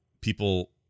People